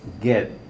get